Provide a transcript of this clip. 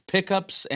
Pickups